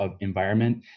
environment